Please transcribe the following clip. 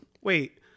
wait